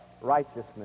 righteousness